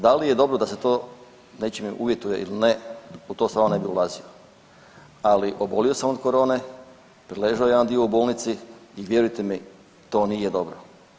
Da li je dobro da se to nečime uvjetuje ili ne u to stvarno ne bi ulazio, ali obolio sam od korone, preležao jedan dio u bolnici i vjerujte mi to nije dobro.